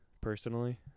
personally